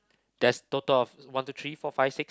there's total of one two three four fix six